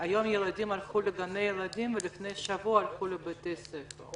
שהיום ילדים הלכו לגני ילדים ולפני שבוע הלכו לבתי ספר.